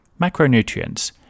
Macronutrients